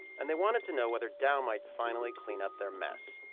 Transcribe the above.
and they wanted to know whether dow might finally clean up their mess.